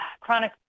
chronic